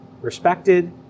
respected